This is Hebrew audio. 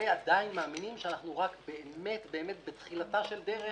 ועדיין מאמינים שאנחנו רק באמת בתחילתה של דרך.